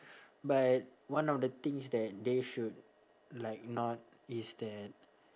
but one of the things that they should like not is that